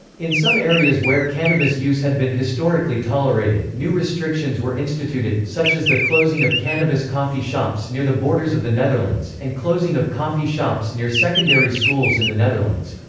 in some areas where cannabis use had been historically tolerated, new restrictions were instituted, such as the closing of cannabis coffee shops near the borders of the netherlands, and closing of coffee shops near secondary schools in the netherlands.